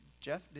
Jeff